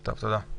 תודה.